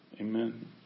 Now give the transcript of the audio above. Amen